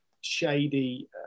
shady